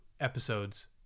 episodes